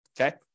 Okay